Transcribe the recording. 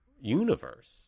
universe